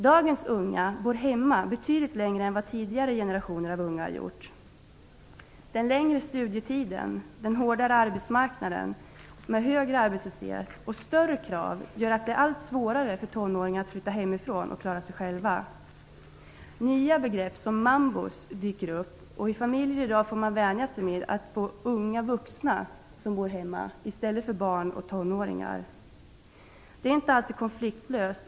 Dagens unga går hemma betydligt längre än vad tidigare generationers unga har gjort. Den längre studietiden, den hårdare arbetsmarknaden med högre arbetslöshet och större krav, gör att det är allt svårare för tonåringar att flytta hemifrån och klara sig själva. Nya begrepp som mambos, dyker upp. I familjerna får man i dag vänja sig vid att ha unga vuxna som bor hemma i stället för barn och ungdomar. Det är inte alltid konfliktlöst.